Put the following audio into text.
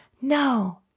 No